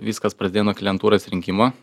viskas prasidėjo nuo klientūros rinkimo